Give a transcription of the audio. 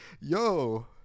yo